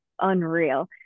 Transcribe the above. unreal